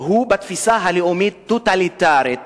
הוא בתפיסה הלאומית הטוטליטרית